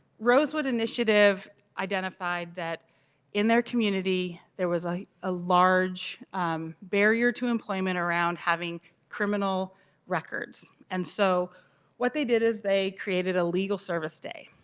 rosewood initiative identified that in their community there was a large barrier to employment around having criminal records, and so what they did is they created a legal service day.